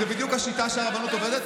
זו בדיוק השיטה שבה הרבנות עובדת,